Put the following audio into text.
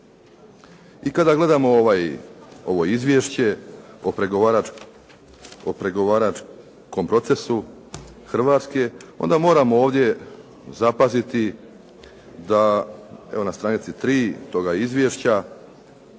I kada gledamo ovo izvješće o pregovaračkom procesu Hrvatske onda moramo ovdje zapaziti da evo na stranici 3 toga izvješća